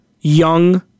young